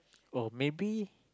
oh maybe